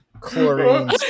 Chlorine